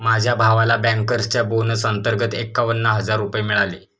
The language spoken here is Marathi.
माझ्या भावाला बँकर्सच्या बोनस अंतर्गत एकावन्न हजार रुपये मिळाले